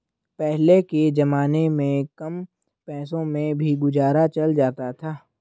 पहले के जमाने में कम पैसों में भी गुजारा चल जाता था